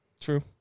True